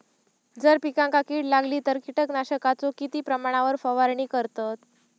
जर पिकांका कीड लागली तर कीटकनाशकाचो किती प्रमाणावर फवारणी करतत?